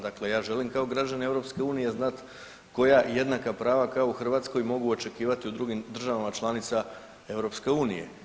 Dakle, ja želim da kao građanin EU znat koja jednaka prava kao u Hrvatskoj mogu očekivati u drugim državama članicama EU.